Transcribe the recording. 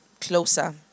closer